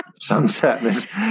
Sunset